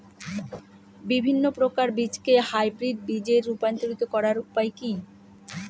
বিভিন্ন প্রকার বীজকে হাইব্রিড বীজ এ রূপান্তরিত করার উপায় কি?